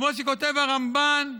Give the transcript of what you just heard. כמו שכותב הרמב"ן: